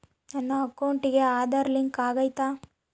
ನನ್ನ ಅಕೌಂಟಿಗೆ ಆಧಾರ್ ಲಿಂಕ್ ಆಗೈತಾ?